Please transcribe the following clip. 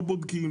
לא בודקים,